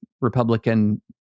Republican